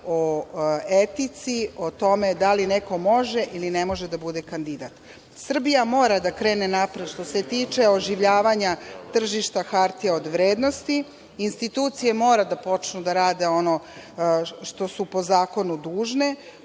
o etici, o tome da li neko može ili ne može da bude kandidat. Srbija mora da krene napred što se tiče oživljavanja tržišta hartija od vrednosti institucije moraju da počnu da rade ono što su po zakonu dužne.